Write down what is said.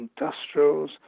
industrials